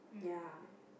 ya